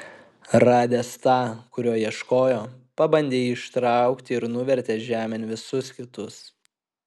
radęs tą kurio ieškojo pabandė jį ištraukti ir nuvertė žemėn visus kitus